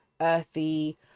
earthy